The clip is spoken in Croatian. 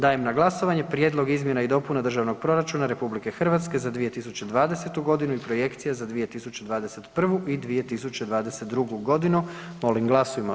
Dajem na glasovanje Prijedlog izmjena i dopuna Državnog proračuna RH za 2020.g. i projekcije za 2021. i 2022.g., molim glasujmo.